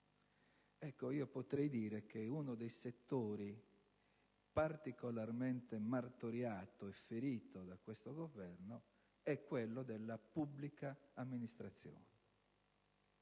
Governo? Potrei dire che uno dei settori particolarmente martoriato e ferito da questo Governo è quello della pubblica amministrazione.